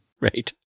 Right